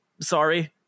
sorry